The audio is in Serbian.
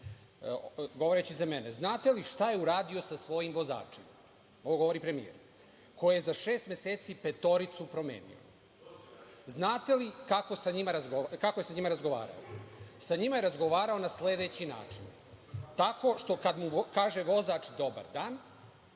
govoreći za mene – Znate li šta je uradio sa svojim vozačem, ovo govori premijer, koji je za šest meseci petoricu promenio. Znate li kako sa njima razgovarao. Sa njima je razgovarao na sledeći način, tako što kad mu kaže vozač – dobar dan,